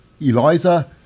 Eliza